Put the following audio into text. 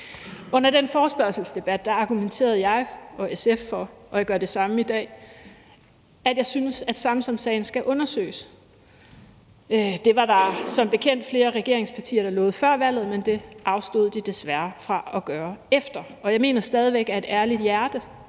Under den forespørgselsdebat argumenterede jeg og SF – og jeg gør det samme i dag – for, at vi synes, at Samsamsagen skal undersøges. Det var der som bekendt flere regeringspartier der lovede før valget, men det afstod de desværre fra at gøre bagefter. Jeg mener stadig af et ærligt hjerte,